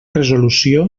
resolució